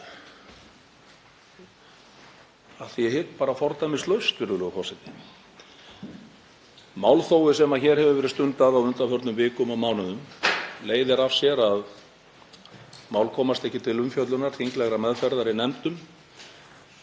er ég hygg, bara fordæmislaust, virðulegur forseti. Málþófið sem hér hefur verið stundað á undanförnum vikum og mánuðum leiðir af sér að mál komast ekki til umfjöllunar, til þinglegrar meðferðar í nefndum.